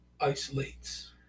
isolates